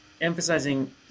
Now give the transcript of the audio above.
emphasizing